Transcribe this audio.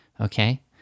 okay